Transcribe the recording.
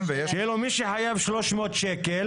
מי שחייב 300 שקל,